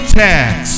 tax